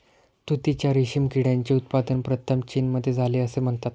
तुतीच्या रेशीम किड्याचे उत्पादन प्रथम चीनमध्ये झाले असे म्हणतात